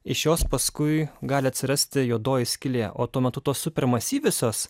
iš jos paskui gali atsirasti juodoji skylė o tuo metu tos super masyviosios